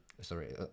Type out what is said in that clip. Sorry